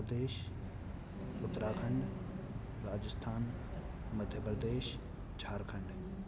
Uttar Pradesh Uttarakhand Rajasthan Madhya Pradesh Jharkhand